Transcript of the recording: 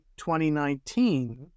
2019